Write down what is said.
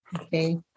Okay